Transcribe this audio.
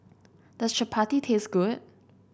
does Chapati taste good